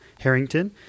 Harrington